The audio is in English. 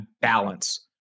balance